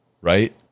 right